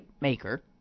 maker